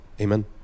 Amen